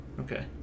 okay